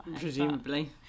Presumably